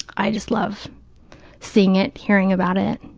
i just love seeing it, hearing about it,